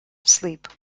sleep